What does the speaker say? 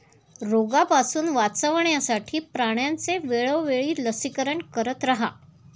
रोगापासून वाचवण्यासाठी प्राण्यांचे वेळोवेळी लसीकरण करत रहा